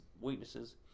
weaknesses